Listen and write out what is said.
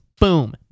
Boom